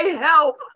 help